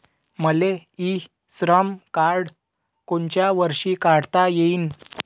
मले इ श्रम कार्ड कोनच्या वर्षी काढता येईन?